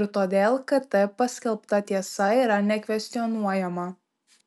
ir todėl kt paskelbta tiesa yra nekvestionuojama